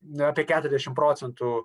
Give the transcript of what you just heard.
apie keturiasdešimt procentų